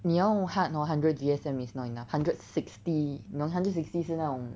你要 hard hor hundred G_S_M is not enough hundred sixty 你懂 hundred sixty 是那种